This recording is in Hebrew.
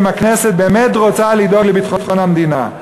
אם הכנסת באמת רוצה לדאוג לביטחון המדינה,